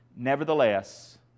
Nevertheless